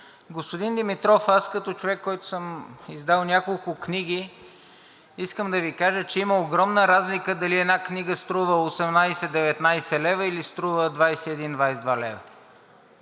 Господин Димитров, аз като човек, който съм издал няколко книги, искам да Ви кажа, че има огромна разлика дали една книга струва 18 – 19 лв., или струва 21 – 22 лв.